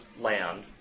land